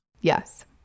Yes